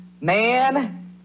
Man